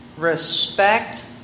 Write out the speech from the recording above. Respect